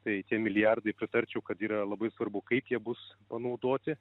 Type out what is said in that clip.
tai tie milijardai pritarčiau kad yra labai svarbu kaip jie bus panaudoti